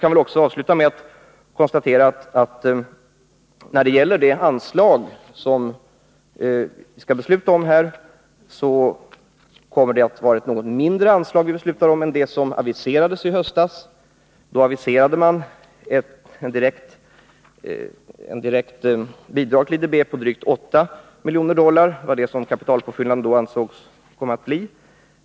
Man kan avslutningsvis konstatera att när det gäller det anslag som vi skall besluta om kommer det att vara något mindre än det anslag som aviserades i höstas. Då aviserades ett direkt bidrag till IDB på 8 miljoner dollar. Kapitalpåfyllnaden ansågs då bli av den omfattningen.